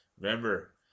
Remember